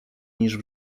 niż